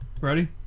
Ready